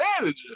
manager